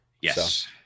Yes